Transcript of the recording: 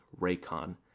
Raycon